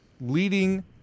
leading –